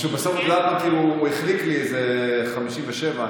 או שבסוף החליק לי איזה 57,